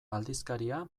aldizkaria